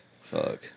Fuck